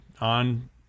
on